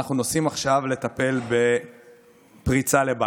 אנחנו נוסעים עכשיו לטפל בפריצה לבית.